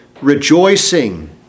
rejoicing